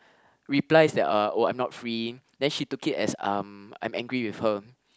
replies that are oh I'm not free then she took it as um I'm angry with her